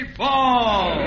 ball